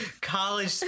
college